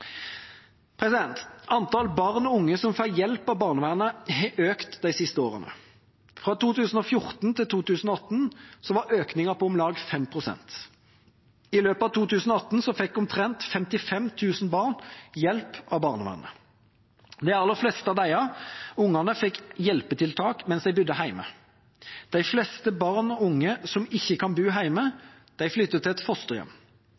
Antall barn og unge som får hjelp av barnevernet, har økt de siste årene. Fra 2014 til 2018 var økningen på om lag 5 pst. I løpet av 2018 fikk omtrent 55 000 barn hjelp av barnevernet. De aller fleste av disse barna fikk hjelpetiltak mens de bodde hjemme. De fleste barn og unge som ikke kan bo hjemme, flytter til et fosterhjem.